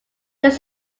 lives